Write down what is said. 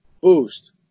boost